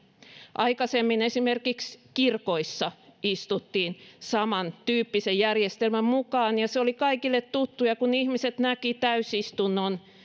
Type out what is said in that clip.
aikaisemmin esimerkiksi kirkoissa istuttiin samantyyppisen järjestelmän mukaan ja se oli kaikille tuttu ja kun ihmiset näkivät täysistunnon